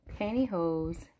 pantyhose